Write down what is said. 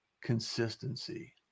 consistency